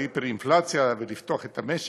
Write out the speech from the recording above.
ההיפר-אינפלציה וכדי לפתוח את המשק,